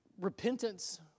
repentance